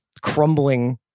crumbling